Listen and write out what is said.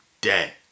dead